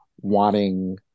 wanting